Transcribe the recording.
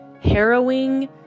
harrowing